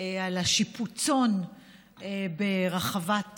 על השיפוצון ברחבת רובינסון.